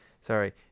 Sorry